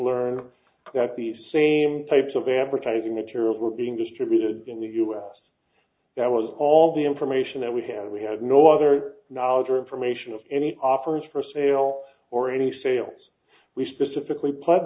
learn that the same types of advertising materials were being distributed in the us that was all the information that we had we had no other knowledge or information of any offers for sale or any sales we specifically